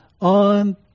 on